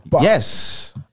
Yes